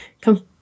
come